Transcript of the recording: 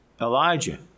Elijah